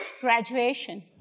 Graduation